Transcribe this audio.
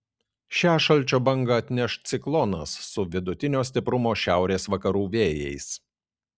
šią šalčio bangą atneš ciklonas su vidutinio stiprumo šiaurės vakarų vėjais